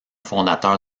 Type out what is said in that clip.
fondateur